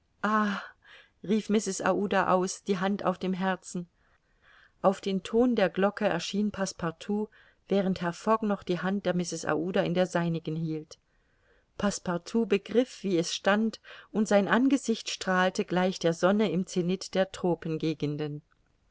rief mrs aouda aus die hand auf dem herzen auf den ton der glocke erschien passepartout während herr fogg noch die hand der mrs aouda in der seinigen hielt passepartout begriff wie es stand und sein angesicht strahlte gleich der sonne im zenith der